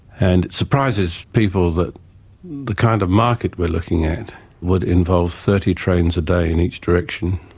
and surprises people that the kind of market we're looking at would involve thirty trains a day in each direction,